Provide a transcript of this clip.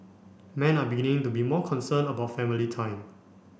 men are beginning to be more concerned about family time